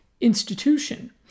institution